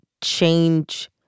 change